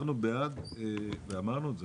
אנחנו בעד, ואמרנו את זה.